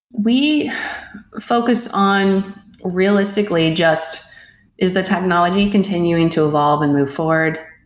we focus on realistically just is the technology continuing to evolve and move forward?